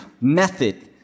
method